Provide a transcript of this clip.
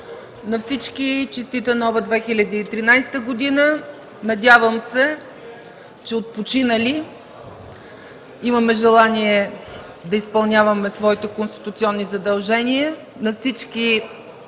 на всички честита Нова 2013 година! Надявам се, че отпочинали имаме желание да изпълняваме своите конституционни задължения.